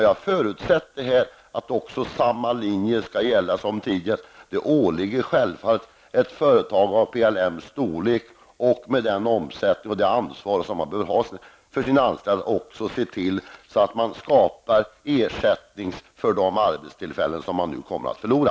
Jag förutsätter dock att samma linje som tidigare skall gälla, dvs. att det åligger ett företag med PLMs storlek, omsättning och ansvar för sina anställda att se till att skapa ersättning för de arbetstillfällen som man nu kommer att förlora.